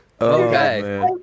Okay